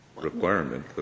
requirement